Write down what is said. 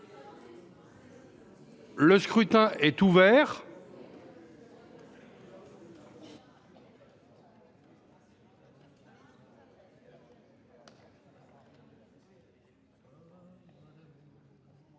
Le scrutin est ouvert.